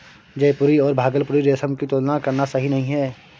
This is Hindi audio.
जयपुरी और भागलपुरी रेशम की तुलना करना सही नही है